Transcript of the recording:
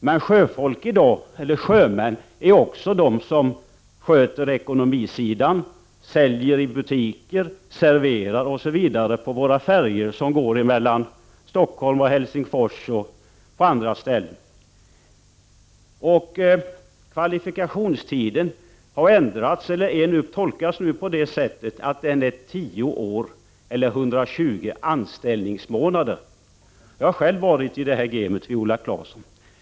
Men sjömän i dag är också de som sköter ekonomisidan, säljer i butiker, serverar osv. på våra färjor som går mellan Stockholm och Helsingfors och på andra ställen. Beträffande kvalifikationstiden gör man nu den tolkningen att den är tio år eller 120 anställningsmånader. Jag har själv varit med i det här gamet, Viola Claesson.